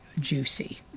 juicy